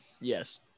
yes